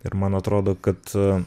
ir man atrodo kad